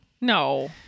No